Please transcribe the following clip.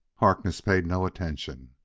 harkness paid no attention.